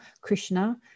krishna